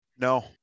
No